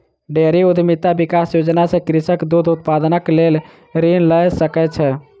dairy उद्यमिता विकास योजना सॅ कृषक दूध उत्पादनक लेल ऋण लय सकै छै